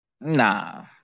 Nah